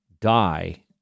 die